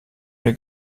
mir